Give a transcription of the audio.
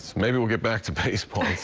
so maybe we'll get back to baseball.